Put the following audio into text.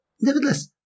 nevertheless